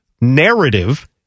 narrative